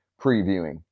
previewing